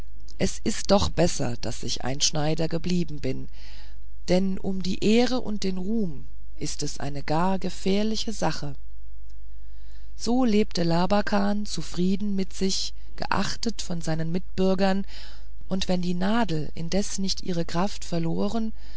es ist doch besser daß ich ein schneider geblieben bin denn um die ehre und den ruhm ist es eine gar gefährliche sache so lebte labakan zufrieden mit sich geachtet von seinen mitbürgern und wenn die nadel indes nicht ihre kraft verloren